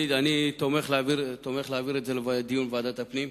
אני תומך בהעברת הנושא לוועדת הפנים.